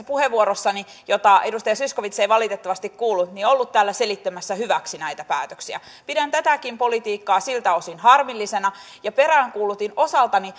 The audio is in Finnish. puheenvuorossani jota edustaja zyskowicz ei valitettavasti kuullut ollut täällä selittämässä hyväksi näitä päätöksiä pidän tätäkin politiikkaa siltä osin harmillisena ja peräänkuulutin osaltani